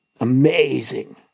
Amazing